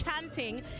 chanting